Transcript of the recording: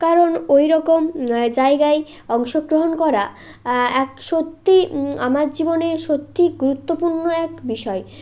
কারণ ওই রকম জায়গায় অংশগ্রহণ করা এক সত্যি আমার জীবনে সত্যি গুরুত্বপূর্ণ এক বিষয়